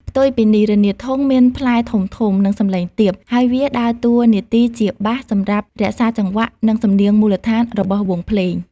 ផ្ទុយពីនេះ រនាតធុង មានផ្លែធំៗ និងសំឡេងទាប ហើយវាដើរតួនាទីជា បាស សម្រាប់រក្សាចង្វាក់ និងសំនៀងមូលដ្ឋានរបស់វង់ភ្លេង។